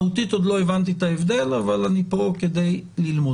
מהותית עוד לא הבנתי את ההבדל אבל אני פה כדי ללמוד.